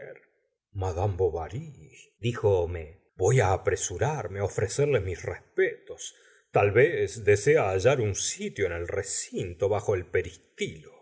boulanger madame bovaryldijo homais voy apresurarme á ofrecerle mis respetos tal vez desee hallar un sitio en el recinto bajo el peristilo